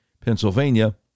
Pennsylvania